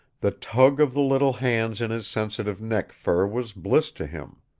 the tug of the little hands in his sensitive neck fur was bliss to him.